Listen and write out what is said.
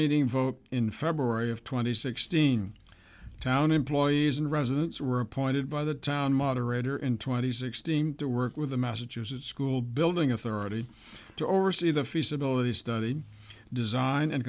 meeting vote in february of two thousand and sixteen town employees and residents were appointed by the town moderator in twenty sixteen to work with the massachusetts school building authority to oversee the feasibility study design and